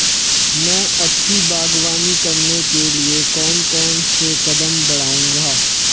मैं अच्छी बागवानी करने के लिए कौन कौन से कदम बढ़ाऊंगा?